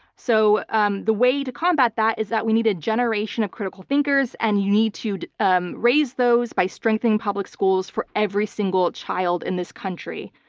so um the way to combat that is that we need a generation of critical thinkers and you need to um raise those by strengthening public schools for every single child in this country.